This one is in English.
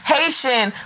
Haitian